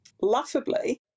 Laughably